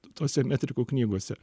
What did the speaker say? tose metrikų knygose